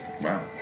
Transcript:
Wow